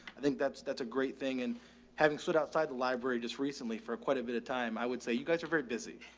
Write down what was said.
i think that that's a great thing. and having stood outside the library just recently for quite a bit of time, i would say you guys are very busy.